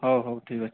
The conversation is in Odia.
ହଉ ହଉ ଠିକ୍ ଅଛି